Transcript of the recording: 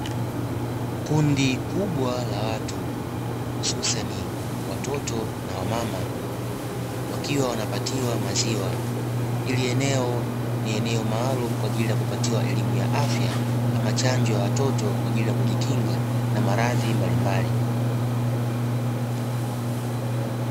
Kundi kubwa la watu hususani watoto na wamama wakiwa wanapatiwa maziwa. Hili eneo ni eneo maalumu kwa ajili ya kupatiwa elimu ya afya, hama chanjo ya watoto kwa ajili ya kujikinga na maradhi mbalimbali